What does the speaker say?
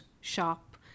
shop